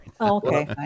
okay